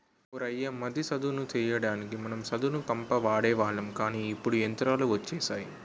ఓ రయ్య మడి సదును చెయ్యడానికి మనం సదును కంప వాడేవాళ్ళం కానీ ఇప్పుడు యంత్రాలు వచ్చినాయి